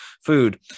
food